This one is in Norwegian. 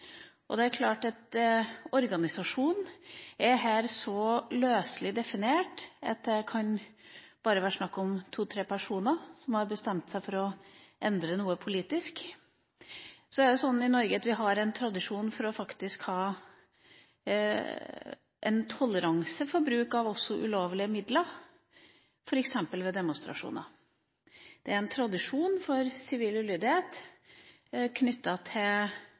klare. Det er klart at «organisasjon» er her så løselig definert at det bare kan være snakk om to–tre personer som har bestemt seg for å endre noe politisk. I Norge har vi en tradisjon for toleranse for bruk av ulovlige midler, f.eks. ved demonstrasjoner. Det er en tradisjon for sivil ulydighet knyttet til